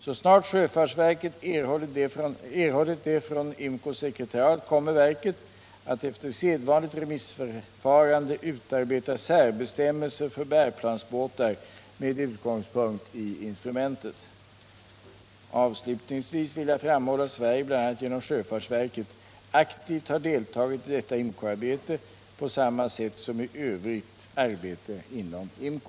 Så snart sjöfartsverket erhållit det från IMCO:s sekretariat kommer verket att efter sedvanligt remissförfarande utarbeta särbestämmelser för bärplansbåtar med utgångspunkt i instrumentet. Avslutningsvis vill jag framhålla att Sverige bl.a. genom sjöfartsverket aktivt har deltagit i detta IMCO-arbete på samma sätt som i övrigt arbete inom IMCO.